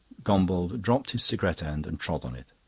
gombauld dropped his cigarette end and trod on it.